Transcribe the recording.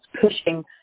pushing